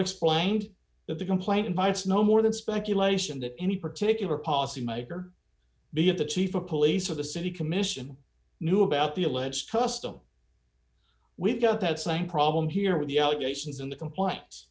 explained that the complaint invites no more than speculation that any particular policy maker be of the chief of police of the city commission knew about the alleged custom we've got that same problem here with the allegations in the complaint